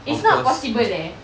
it's not possible eh